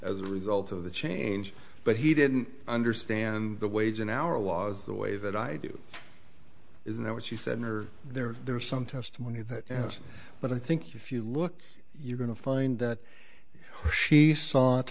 as a result of the change but he didn't understand the ways in our laws the way that i do isn't that what she said her there there are some testimony that yes but i think if you look you're going to find that her s